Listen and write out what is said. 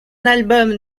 album